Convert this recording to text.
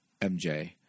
MJ